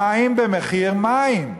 מים במחיר מים.